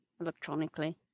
electronically